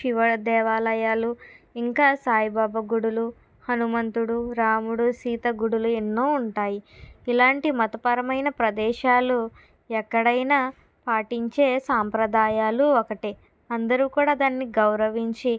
శివ దేవాలయాలు ఇంకా సాయిబాబా గుడులు హనుమంతుడు రాముడు సీత గుడులు ఎన్నో ఉంటాయి ఇలాంటి మతపరమైన ప్రదేశాలు ఎక్కడైనా పాటించే సాంప్రదాయాలు ఒకటే అందరూ కూడా దాన్ని గౌరవించి